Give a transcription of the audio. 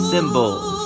Symbols